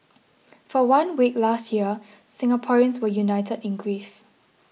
for one week last year Singaporeans were united in grief